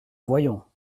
voyons